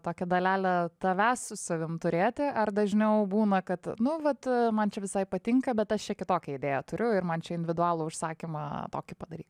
tokią dalelę tavęs su savim turėti ar dažniau būna kad nu vat man čia visai patinka bet aš čia kitokią idėją turiu ir man čia individualų užsakymą tokį padaryk